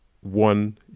one